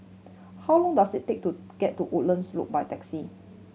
how long does it take to get to Woodlands Loop by taxi